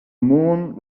moon